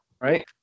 Right